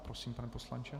Prosím, pane poslanče.